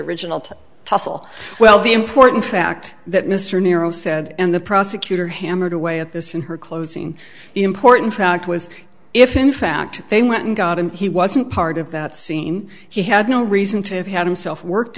original to tussle well the important fact that mr niro said and the prosecutor hammered away at this in her closing the important fact was if in fact they went and got him he wasn't part of that scene he had no reason to have had himself worked